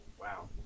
Wow